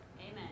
Amen